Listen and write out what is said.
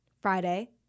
Friday